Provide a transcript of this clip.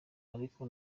ariko